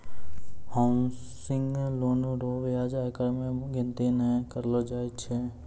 housing loan रो ब्याज आयकर मे गिनती नै करलो जाय छै